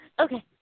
Okay